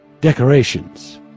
decorations